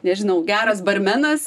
nežinau geras barmenas